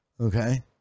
okay